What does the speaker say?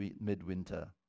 midwinter